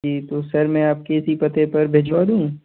जी sir तो मैं आपके इसी पते पर भिजवा दूँ